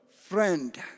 friend